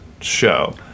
show